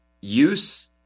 use